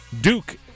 Duke